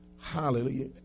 Hallelujah